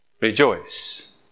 rejoice